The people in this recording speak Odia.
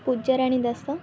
ପୂଜାରାଣୀ ଦାସ